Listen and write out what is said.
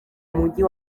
mujyi